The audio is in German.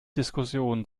diskussionen